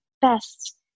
best